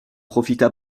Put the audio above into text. profita